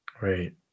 Right